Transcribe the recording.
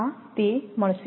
આ તે મળશે